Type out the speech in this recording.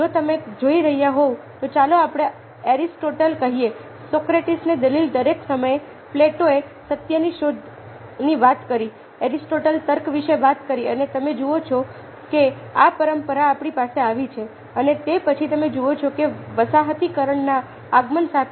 જો તમે જોઈ રહ્યા હોવ તો ચાલો આપણે એરિસ્ટોટલ કહીએ સોક્રેટીસની દલીલ દરેક સમયે પ્લેટોએ સત્યની શોધની વાત કરી એરિસ્ટોટલે તર્ક વિશે વાત કરી અને તમે જુઓ કે આ પરંપરાઓ આપણી પાસે આવી છે અને તે પછી તમે જુઓ છો કે વસાહતીકરણના આગમન સાથે